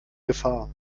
gefahr